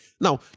Now